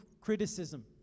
criticism